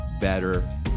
better